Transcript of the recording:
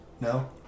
No